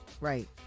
right